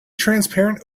transparent